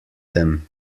them